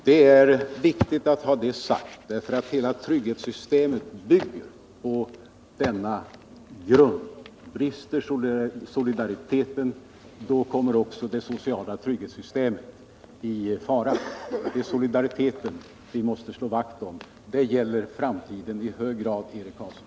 Det är viktigt att ha detta sagt, därför att hela trygghetssystemet bygger på denna grund. Brister solidariteten, då kommer också det sociala trygghetssystemet i fara. Det är solidariteten vi måste slå vakt om, och det gäller i hög grad framtiden, Eric Carlsson.